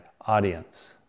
audience